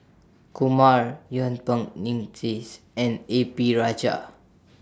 Kumar Yuen Peng Mcneice and A P Rajah